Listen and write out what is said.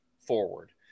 forward